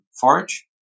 forage